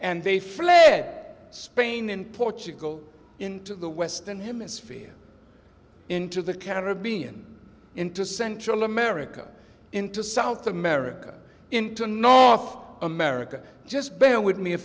and they fled spain and portugal into the western hemisphere into the caribbean into central america into south america into north america just bear with me a